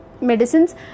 medicines